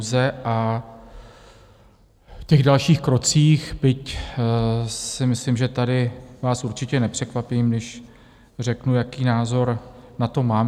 A v těch dalších krocích, byť si myslím, že tady vás určitě nepřekvapím, když řeknu, jaký názor na to mám.